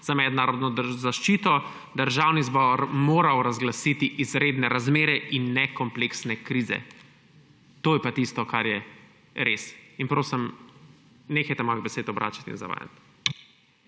za mednarodno zaščito Državni zbor moral razglasiti izredne razmere in ne kompleksne krize. To je pa tisto, kar je res. In prosim, nehajte moje besede obračati in zavajati.